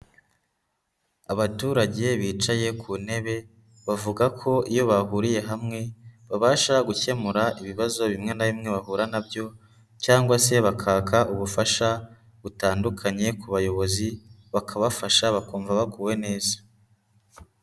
Abaturage bicaye ku ntebe bavuga ko iyo bahuriye hamwe babasha gukemura ibibazo bimwe na bimwe bahura na byo cyangwa se bakaka ubufasha butandukanye ku bayobozi bakabafasha bakumva baguwe neza.